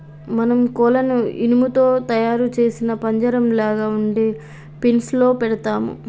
మనం కోళ్లను ఇనుము తో తయారు సేసిన పంజరంలాగ ఉండే ఫీన్స్ లో పెడతాము